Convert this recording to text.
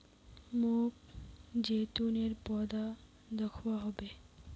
मोक जैतूनेर पौधा दखवा ह बे